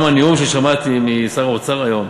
גם הנאום ששמעתי משר האוצר היום,